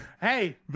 hey